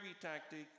tactic